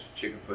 Chickenfoot